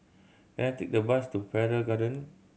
can I take a bus to Farrer Garden